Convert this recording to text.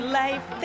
life